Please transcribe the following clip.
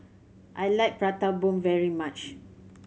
I like Prata Bomb very much